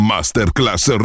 Masterclass